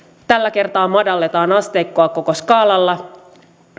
tällä kertaa madalletaan asteikkoa koko skaalalla